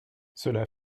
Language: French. cela